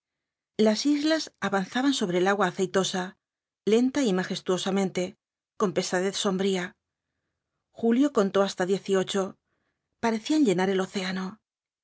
las islas avanzaban sobre el agua aceitosa lenta y majestuosamente con pesadez sombría julio contó hasta diez y ocho parecían llenar el océano